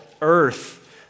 earth